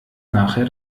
nachher